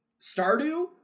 Stardew